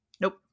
Nope